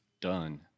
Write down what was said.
done